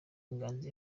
nganji